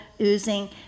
oozing